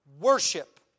worship